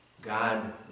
God